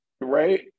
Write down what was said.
right